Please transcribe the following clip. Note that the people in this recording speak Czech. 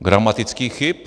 Gramatických chyb.